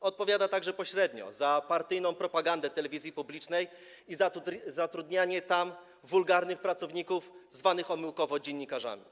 odpowiada także pośrednio za partyjną propagandę telewizji publicznej i zatrudnianie tam wulgarnych pracowników omyłkowo zwanych dziennikarzami.